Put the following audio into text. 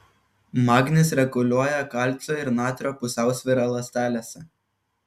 magnis reguliuoja kalcio ir natrio pusiausvyrą ląstelėse